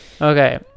Okay